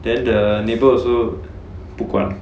then the neighbour also 不管